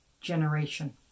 generation